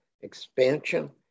expansion